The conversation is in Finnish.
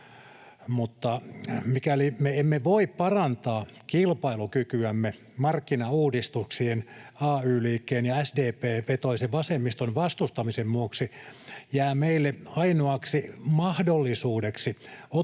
Mikäli me emme voi parantaa kilpailukykyämme markkinauudistuksien, ay-liikkeen ja SDP-vetoisen vasemmiston vastustamisen vuoksi, jää meille ainoaksi mahdollisuudeksi ottaa